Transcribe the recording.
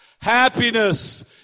Happiness